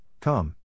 Come